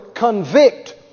Convict